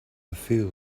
feel